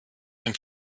dem